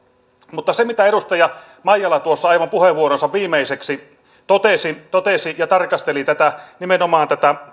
mutta edustaja maijala tuossa aivan puheenvuoronsa viimeiseksi totesi totesi ja tarkasteli nimenomaan tätä